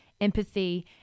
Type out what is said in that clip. empathy